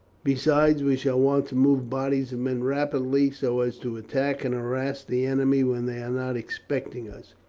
besides, we shall want to move bodies of men rapidly so as to attack and harass the enemy when they are not expecting us.